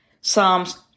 Psalms